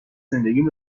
زندگیم